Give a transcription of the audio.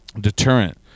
deterrent